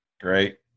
Great